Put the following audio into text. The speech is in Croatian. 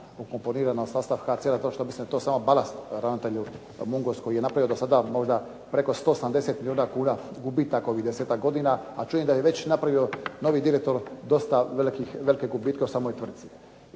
ukomponirana u sastav HCR-a, to samo balast ravnatelj "Mungos" koji je napravio da sada možda preko 170 milijuna kuna gubitaka u ovih desetak godina, a čujem da je već napravio novi direktor dosta velike gubitke u samoj tvrtci.